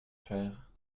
faire